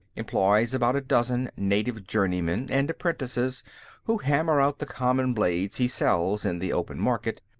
employs about a dozen native journeymen and apprentices who hammer out the common blades he sells in the open market.